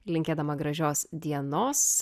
linkėdama gražios dienos